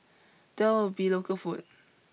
there will be local food